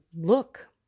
look